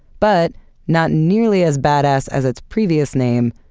but not nearly as badass as its previous name,